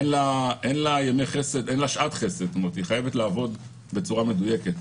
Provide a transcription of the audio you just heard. אין לה שעת חסד, היא חייבת לעבוד בצורה מדויקת.